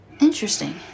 Interesting